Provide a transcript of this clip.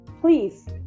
please